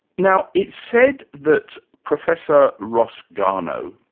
now, it's said that professor ross garnaut,